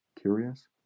curious